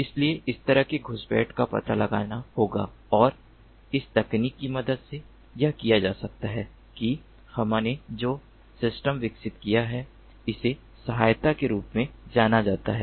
इसलिए इस तरह के घुसपैठ का पता लगाना होगा और इस तकनीक की मदद से यह किया जा सकता है कि हमने जो सिस्टम विकसित किया है उसे सहायता के रूप में जाना जाता है